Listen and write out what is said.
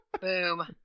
Boom